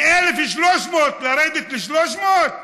מ-1,300 לרדת ל-300?